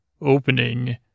opening